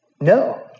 No